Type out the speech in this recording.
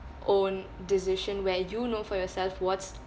own decision where you know for yourself what's